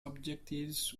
objectives